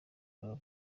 club